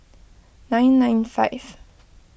nine nine five